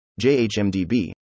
JHMDB